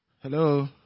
Hello